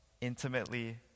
intimately